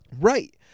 Right